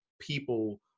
people